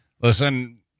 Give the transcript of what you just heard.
listen